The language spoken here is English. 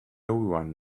everyone